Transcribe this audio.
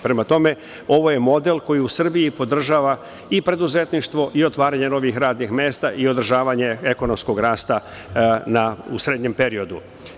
Prema tome, ovo je model koji u Srbiji podržava i preduzetništvo i otvaranje novih radnih mesta i održavanje ekonomskog rasta u srednjem periodu.